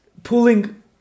Pulling